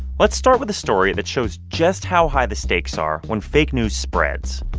let's start with a story that shows just how high the stakes are when fake news spreads.